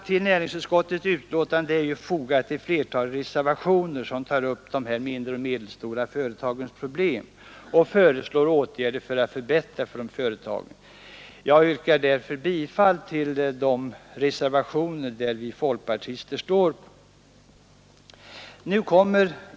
Till näringsutskottets förevarande betänkanden är fogade ett flertal reservationer, som tar upp de mindre och medelstora företagens problem och föreslår åtgärder för att förbättra situationen för de företagen, och jag yrkar bifall till de reservationer som vi folkpartister har undertecknat.